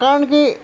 কাৰণ কি